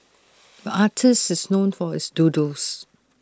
artist is known for his doodles